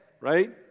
Right